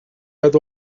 had